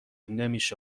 نمیشه